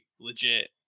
legit